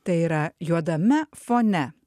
tai yra juodame fone